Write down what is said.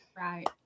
Right